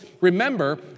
remember